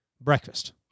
breakfast